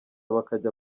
bakajya